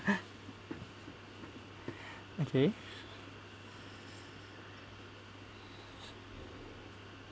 okay